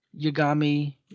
Yagami